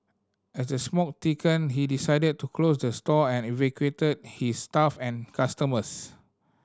as the smoke thickened he decided to close the store and evacuate his staff and customers